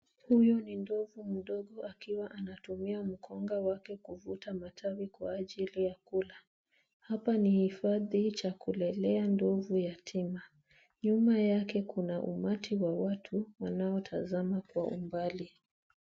Huyu ni ndovu mdogo akiwa anatumia mkonga wake kuvuta matawi kwa ajili ya kula. Hapa ni hifadhi cha kulelea ndovu yatima. Nyuma yake kuna umati wa watu wanaotabasamu kwa mbali.